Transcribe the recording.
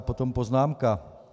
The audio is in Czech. A potom poznámka.